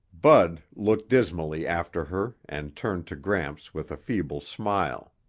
bud looked dismally after her and turned to gramps with a feeble smile.